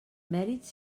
mèrits